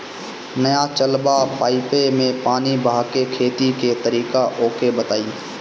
नया चलल बा पाईपे मै पानी बहाके खेती के तरीका ओके बताई?